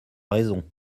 raison